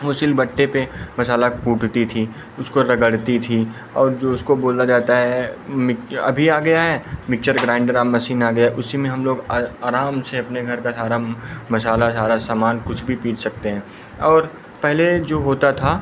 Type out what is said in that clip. वह सिल बट्टे पर मसाला कूटती थी उसको रगड़ती थी और जो उसको बोला जाता है अभी आ गया है मिक्चर ग्राइन्डर अब मशीन आ गया है उसी में हम लोग आराम से अपने घर का सारा मसाला ओसाला समान कुछ भी पीस सकते हैं और पहले जो होता था